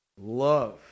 love